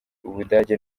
ubudage